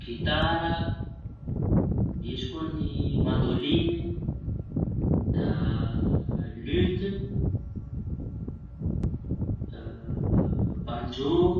Gitara, misy koa ny mandôliñy, da lioty, da banjô.